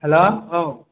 हेल' औ